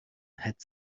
had